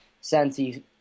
Santi